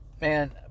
Man